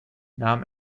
nahm